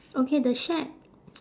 okay the shack